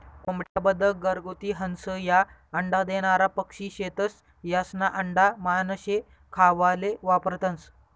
कोंबड्या, बदक, घरगुती हंस, ह्या अंडा देनारा पक्शी शेतस, यास्ना आंडा मानशे खावाले वापरतंस